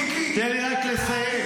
מיקי -- תן לי רק לסיים.